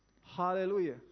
Hallelujah